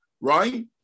right